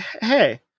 hey